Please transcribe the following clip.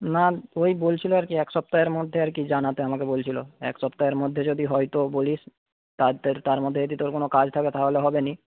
না ওই বলছিল আর কি এক সপ্তাহের মধ্যে আর কি জানাতে আমাকে বলছিল এক সপ্তাহের মধ্যে যদি হয় তো বলিস তার তের তার মধ্যে যদি তোর কোনো কাজ থাকে তাহলে হবেনা